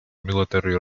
military